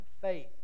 Faith